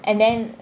and then